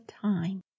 time